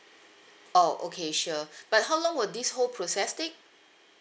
oh okay sure but how long will this whole process take